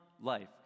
life